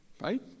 Right